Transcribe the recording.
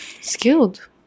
Skilled